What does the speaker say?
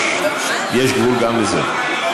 יש גבול גם לזה.